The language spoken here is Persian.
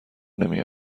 نمی